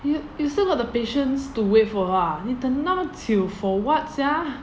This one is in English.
you you still got the patience to wait for her ah 你等那么久 for what sia